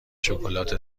شکلات